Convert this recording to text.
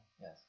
Yes